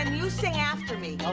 and you sing after me oh